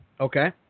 Okay